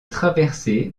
traversée